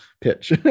pitch